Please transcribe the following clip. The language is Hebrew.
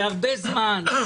בהרבה זמן,